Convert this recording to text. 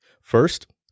First